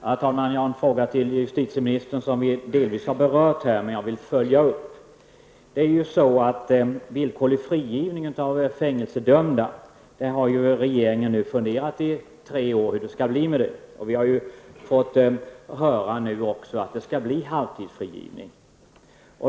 Herr talman! Jag har en fråga till justitieministern. Delvis har frågan redan berörts här. Men jag vill göra en uppföljning. När det gäller villkorlig frigivning av fängelsedömda har regeringen funderat i över tre år på hur det skall bli. Vi har också nyss fått höra att det skall bli halvtidsfrigivning.